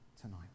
tonight